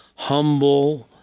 humble,